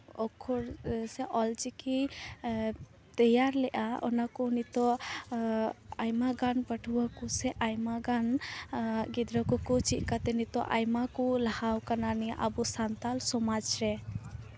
ᱚᱠᱠᱷᱚᱨ ᱥᱮ ᱚᱞ ᱪᱤᱠᱤ ᱛᱮᱭᱟᱨ ᱞᱮᱜᱼᱟ ᱚᱱᱟᱠᱚ ᱱᱤᱛᱳᱜ ᱟᱭᱢᱟᱜᱟᱱ ᱯᱟᱹᱴᱷᱩᱣᱟᱹ ᱠᱚ ᱥᱮ ᱟᱭᱢᱟ ᱜᱟᱱ ᱜᱤᱫᱽᱨᱟᱹ ᱠᱚᱠᱚ ᱪᱮᱫ ᱟᱠᱟᱫ ᱛᱮ ᱱᱤᱛᱳᱜ ᱟᱭᱢᱟ ᱠᱚ ᱞᱟᱦᱟᱣ ᱠᱟᱱᱟ ᱟᱵᱚ ᱱᱤᱭᱟᱹ ᱥᱟᱱᱛᱟᱞ ᱥᱚᱢᱟᱡᱽ ᱨᱮ